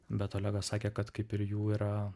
bet olegas sakė kad kaip ir jų yra